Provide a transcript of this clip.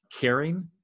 caring